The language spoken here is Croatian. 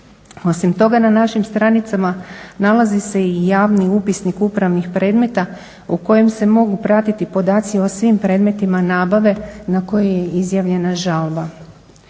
Osim toga, na našim stranicama nalazi se i javni upisnik upravnih predmeta u kojem se mogu pratiti podaci o svim predmetima nabave ne koje je izjavljena žalba.